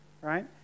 right